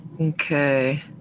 Okay